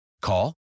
Call